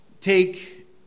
take